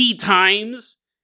times